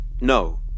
No